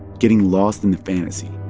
getting lost in the fantasy